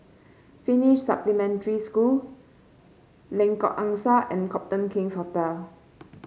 Finnish Supplementary School Lengkok Angsa and Copthorne King's Hotel